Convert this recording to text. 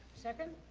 second.